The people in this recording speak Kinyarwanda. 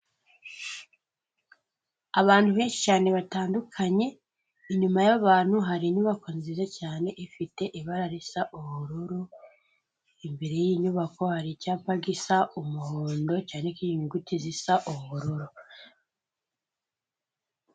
Abantu benshi cyane batandukanye, inyuma y'abantu hari inyubako nziza cyane, ifite ibara risa ubururu, imbere y'iyi nyubako hari icyapa gisa umuhondo cyanditse mu nyuguti zisa ubururu.